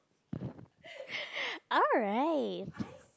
alright